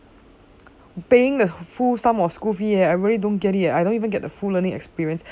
paying the full sum of school fee eh I really don't get it eh I don't even get the full learning experience